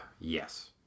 Yes